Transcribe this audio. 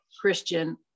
Christian